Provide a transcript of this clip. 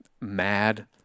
mad